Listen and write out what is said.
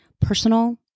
personal